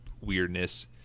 weirdness